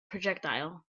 projectile